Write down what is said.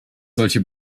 solche